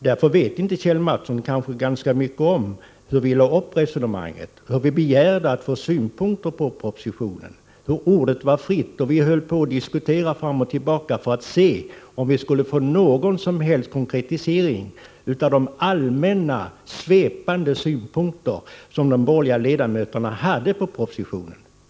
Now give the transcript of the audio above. Därför vet inte Kjell Mattsson särskilt mycket om hur vi lade upp resonemanget, att vi begärde att få synpunkter på propositionen, att ordet var fritt och vi diskuterade fram och tillbaka för att se om vi kunde få någon som helst konkretisering utöver de allmänna, svepande synpunkter som de borgerliga ledamöterna hade på propositionen.